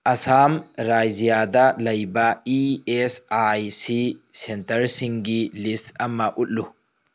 ꯑꯥꯁꯥꯝ ꯔꯥꯏꯖ꯭ꯌꯥꯗ ꯂꯩꯕ E S I C ꯁꯦꯟꯇꯔꯁꯤꯡꯒꯤ ꯂꯤꯁ ꯑꯃ ꯎꯠꯂꯨ